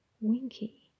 Winky